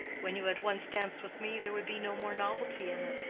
when you had once danced with me there would be no more novelty in it.